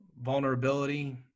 vulnerability